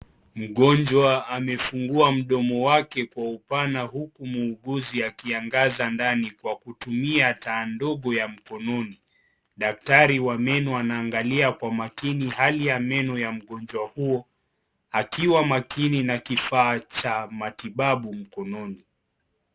Mgonjwa amefungua mdomo wake kwa upana huku muuguzi akiangaza ndani kwa kutumia taa ndogo ya mkononi. daktari wa meno anaangalia kwa makini hali ya meno ya mgonjwa huo akiwa makini na kifaa cha matibabu mkononi.